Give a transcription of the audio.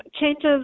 changes